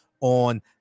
On